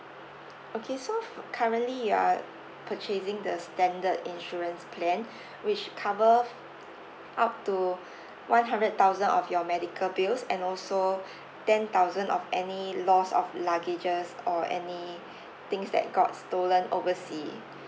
okay so for currently you are purchasing the standard insurance plan which cover up to one hundred thousand of your medical bills and also ten thousand of any loss of luggages or any things that got stolen oversea